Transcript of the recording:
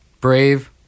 brave